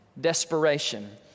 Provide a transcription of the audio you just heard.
desperation